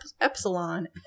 Epsilon